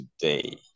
today